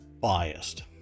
biased